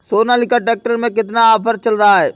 Sonalika tractor में कितना offer चल रहा है?